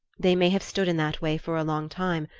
they may have stood in that way for a long time,